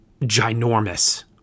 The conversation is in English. ginormous